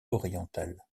oriental